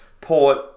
Port